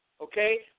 Okay